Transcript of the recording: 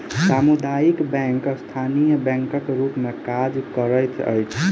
सामुदायिक बैंक स्थानीय बैंकक रूप मे काज करैत अछि